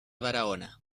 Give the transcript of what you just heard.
barahona